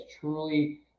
truly